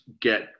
get